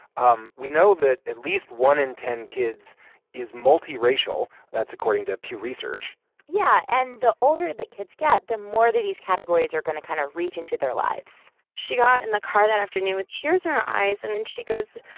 um we know that at least one in ten kids is multiracial. that's according to pew research yeah. and the older that kids get, the more that these categories are going to kind of reach into their lives she got in the car that afternoon with tears in her eyes. and then she goes,